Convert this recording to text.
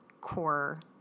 core